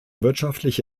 wirtschaftliche